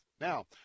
Now